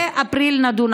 ובאפריל נדון,